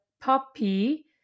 puppy